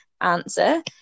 answer